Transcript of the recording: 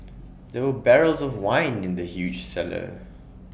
there were barrels of wine in the huge cellar